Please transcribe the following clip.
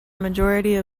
majority